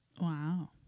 Wow